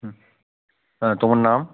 হুম হ্যাঁ তোমার নাম